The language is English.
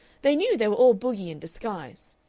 they knew they were all bogey in disguise.